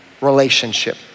relationship